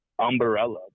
umbrella